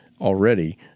already